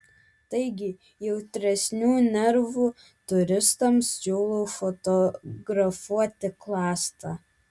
taigi jautresnių nervų turistams siūlau fotografuoti klasta